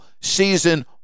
season